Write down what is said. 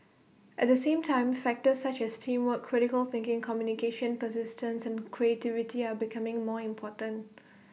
at the same time factors such as teamwork critical thinking communication persistence and creativity are becoming more important